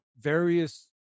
various